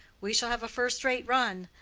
we shall have a first-rate run.